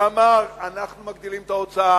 הוא אמר: אנחנו מגדילים את ההוצאה,